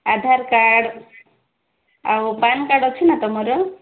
ଆଧାରକାର୍ଡ଼ ଆଉ pan card ଅଛି ନା ତୁମର